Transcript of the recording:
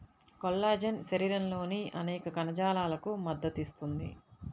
collagen శరీరంలోని అనేక కణజాలాలకు మద్దతు ఇస్తుంది